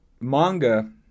manga